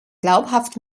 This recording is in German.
glaubhaft